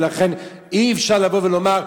ולכן אי-אפשר לבוא ולומר: